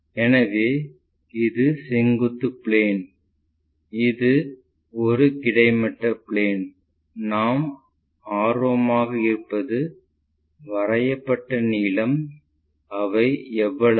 எனவே இது செங்குத்து பிளேன் இது ஒரு கிடைமட்ட பிளேன் நாம் ஆர்வமாக இருப்பது வரையப்பட்ட நீளம் அவை எவ்வளவு